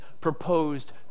proposed